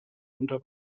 unter